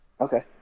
Okay